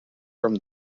from